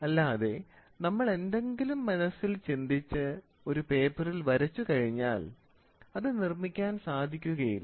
അല്ലാതെ നമ്മൾ എന്തെങ്കിലും മനസ്സിൽ ചിന്തിച്ച് ഒരു പേപ്പറിൽ വരച്ചു കഴിഞ്ഞാൽ അത് നിർമ്മിക്കാൻ സാധിക്കുകയില്ല